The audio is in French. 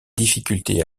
difficultés